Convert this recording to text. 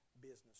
business